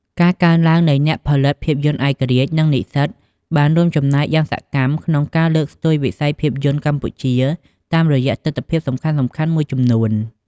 ការកើនឡើងនៃអ្នកផលិតភាពយន្តឯករាជ្យ និងនិស្សិត បានរួមចំណែកយ៉ាងសកម្មក្នុងការលើកស្ទួយវិស័យភាពយន្តកម្ពុជាតាមរយៈទិដ្ឋភាពសំខាន់ៗមួយចំនួន។